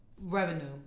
Revenue